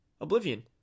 Oblivion